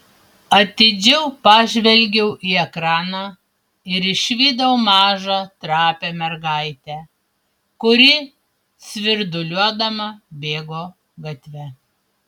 atidžiau pažvelgiau į ekraną ir išvydau mažą trapią mergaitę kuri svirduliuodama bėgo gatve